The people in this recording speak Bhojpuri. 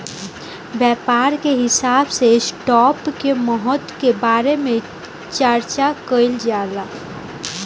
व्यापार के हिसाब से स्टॉप के महत्व के बारे में चार्चा कईल जाला